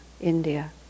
India